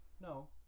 No